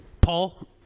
Paul